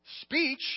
speech